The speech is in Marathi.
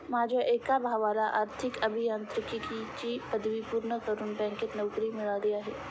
माझ्या एका भावाला आर्थिक अभियांत्रिकीची पदवी पूर्ण करून बँकेत नोकरी मिळाली आहे